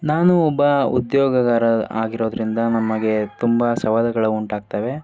ನಾನು ಒಬ್ಬ ಉದ್ಯೋಗಗಾರ ಆಗಿರೋದರಿಂದ ನಮಗೆ ತುಂಬ ಸವಾಲುಗಳು ಉಂಟಾಗ್ತವೆ